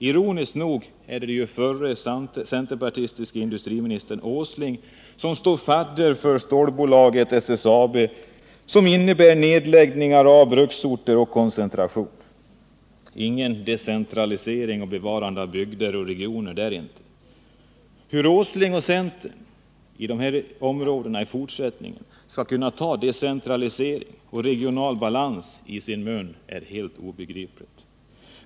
Ironiskt nog är det den förre centerpartistiske industriministern Åsling som står fadder för SSAB, vars politik medför koncentration och nedläggning av verksamheten på bruksorter. Ingen decentralisering och inget bevarande av bygder och regioner där inte. Hur Nils Åsling och centern med tanke på den förda politiken i dessa områden i fortsättningen skall kunna ta ord som decentralisering och regional balans i sin mun är obegripligt.